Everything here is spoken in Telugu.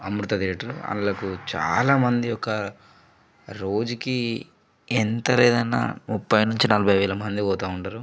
అమృత థియేటర్ అందులోకి చాలామంది ఒక రోజుకి ఎంత లేదన్న ముపై నుంచి నలభై వేల మంది పోతూ ఉంటారు